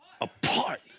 apart